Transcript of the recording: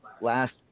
last